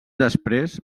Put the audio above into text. després